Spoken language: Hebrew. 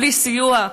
בלי סיוע,